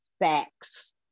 Facts